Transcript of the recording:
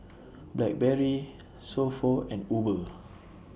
Blackberry So Pho and Uber